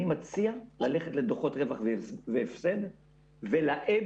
אני מציע ללכת לדוחות רווח והפסד ולאבידה